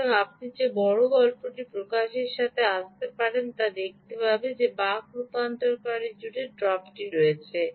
সুতরাং আপনি যে বড় গল্পটি প্রকাশের সাথে আসতে পারেন তা দেখতে পাবে যে বাক রূপান্তরকারী জুড়ে ড্রপটি রয়েছে